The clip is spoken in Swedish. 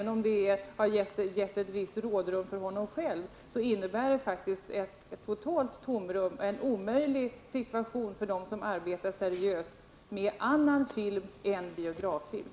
Även om det har gett ett visst rådrum för honom själv, är det en omöjlig situation för dem som arbetar seriöst med annan film än biograffilm.